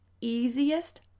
easiest